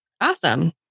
Awesome